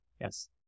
Yes